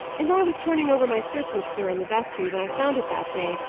as i was turning over my surplice, sir, in the vestry, when i found it that day,